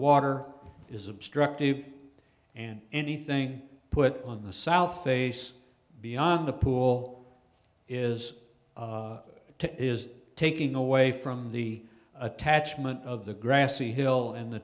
water is obstructed and anything put on the south face beyond the pool is to is taking away from the attachment of the grassy hill and the